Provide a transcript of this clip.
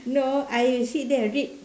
no I sit there and read